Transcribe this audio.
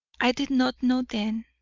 i did not know then,